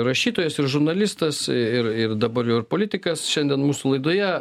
rašytojas ir žurnalistas ir ir dabar jau ir politikas šiandien mūsų laidoje